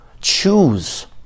Choose